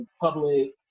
public